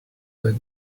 that